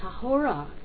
tahora